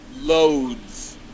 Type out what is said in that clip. loads